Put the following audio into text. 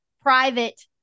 private